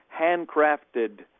handcrafted